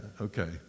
Okay